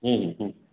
हूँ हुँ हूँ